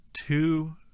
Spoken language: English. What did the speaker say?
Two